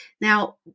Now